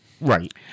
right